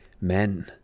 men